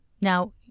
Now